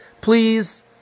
please